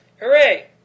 Hooray